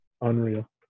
Unreal